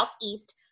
Southeast